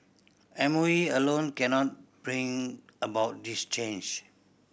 M O E alone cannot bring about this change